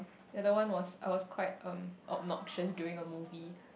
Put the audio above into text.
the other one was I was quite um obnoxious during a movie